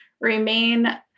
remain